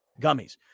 gummies